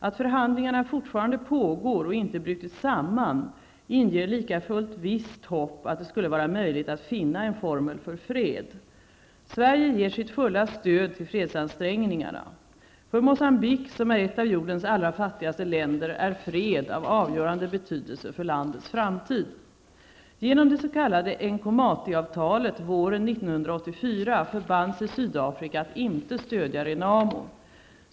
Att förhandlingarna fortfarande pågår och inte brutit samman inger likafullt visst hopp att det skall vara möjligt att finna en formel för fred. Sverige ger sitt fulla stöd till fredsansträngningarna. För Moçambique, som är ett av jordens allra fattigaste länder, är fred av avgörande betydelse för landets framtid. förband sig Sydafrika att inte stödja Renamo.